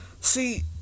See